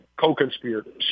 co-conspirators